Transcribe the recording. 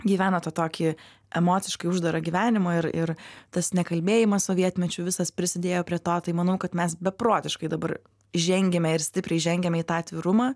gyvena tą tokį emociškai uždarą gyvenimą ir ir tas nekalbėjimas sovietmečiu visas prisidėjo prie to tai manau kad mes beprotiškai dabar žengiame ir stipriai žengiame į tą atvirumą